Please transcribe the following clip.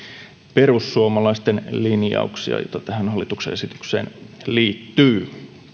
perussuomalaisten linjauksia joita tähän hallituksen esitykseen liittyy